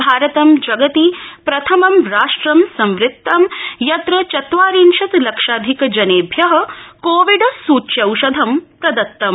भारतं जगति प्रथमं राष्ट्रं संवृत्तम् यत्र चत्वारिंशत् लक्षाधिक जनेभ्य कोविड सूच्यौषधं प्र त्तम्